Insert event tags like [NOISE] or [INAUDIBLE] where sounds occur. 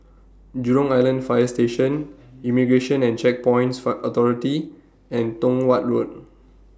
Jurong Island Fire Station Immigration and Checkpoints [UNINTELLIGIBLE] Authority and Tong Watt Road